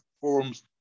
forums